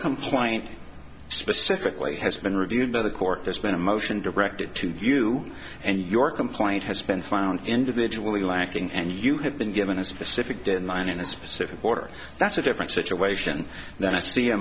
compliant specifically has been reviewed by the court there's been a motion directed to you and your complaint has been found individually lacking and you have been given a specific deadline in a specific order that's a different situation than i see a